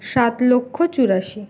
সাত লক্ষ চুরাশি